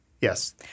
Yes